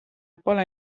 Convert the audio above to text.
pole